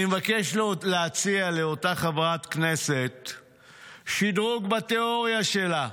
אני מבקש להציע לאותה חברת כנסת שדרוג בתיאוריה שלה: